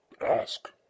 ask